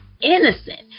innocent